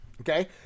okay